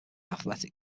athletic